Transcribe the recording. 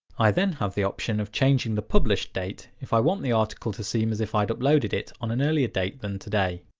i then have the option of changing the published date if i want the article to seem as if i'd uploaded it on an earlier date than today.